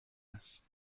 است